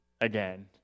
again